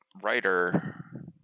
writer